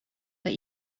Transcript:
but